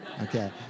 Okay